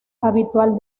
habitual